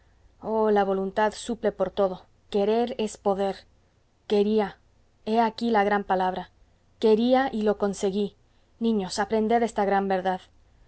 oh la voluntad suple por todo querer es poder quería he aquí la gran palabra quería y lo conseguí niños aprended esta gran verdad